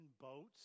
boats